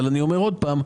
אבל אני אומר עוד פעם,